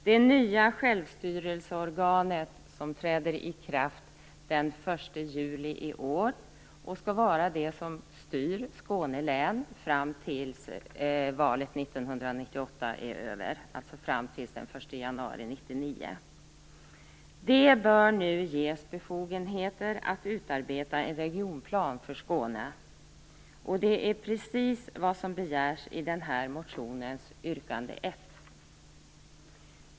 Det nya självstyrelseorganet, som träder i kraft den 1 juli i år och som skall styra Skånelänet fram till 1 januari 1999, bör nu ges befogenheter att utarbeta en regionplan för Skåne. Och det är precis vad som begärs i motionens yrkande 1.